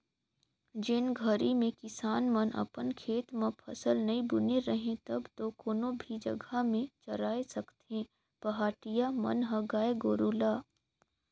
जेन घरी में किसान मन अपन खेत म फसल नइ बुने रहें तब तो कोनो भी जघा में चराय सकथें पहाटिया मन ह गाय गोरु ल